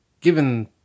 given